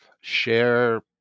share